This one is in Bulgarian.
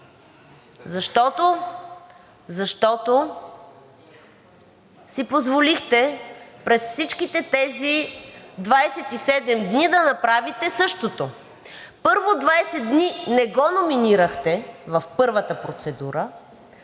защото си позволихте през всичките тези 27 дни да направите същото. Първо 20 дни не го номинирахте в първата процедура.